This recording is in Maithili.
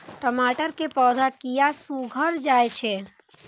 टमाटर के पौधा किया घुकर जायछे?